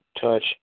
touch